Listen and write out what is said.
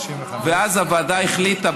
ואז הוועדה החליטה,